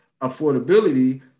affordability